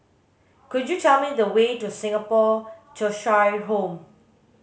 could you tell me the way to Singapore Cheshire Home